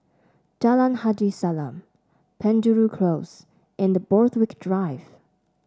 Jalan Haji Salam Penjuru Close and Borthwick Drive